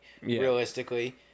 Realistically